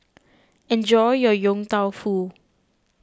enjoy your Yong Tau Foo